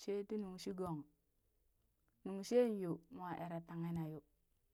shee tii nung shigong nuŋ sheen yoo mwa eree tanghe na yoo